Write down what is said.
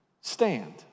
stand